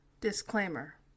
Disclaimer